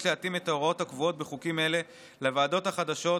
יש להתאים את ההוראות הקבועות בחוקים אלה לוועדות החדשות